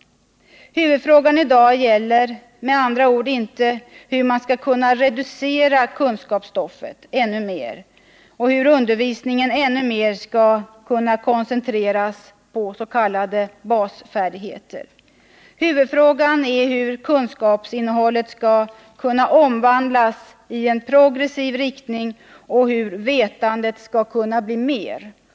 Huvudfrågan i dag gäller med andra ord inte hur man skall kunna reducera kunskapsstoffet ännu mer och hur undervisningen ännu mer skall kunna koncentreras på s.k. basfärdigheter. Huvudfrågan är hur kunskapsinnehållet skall kunna omvandlas i progressiv riktning och hur vetandet skall kunna bli större.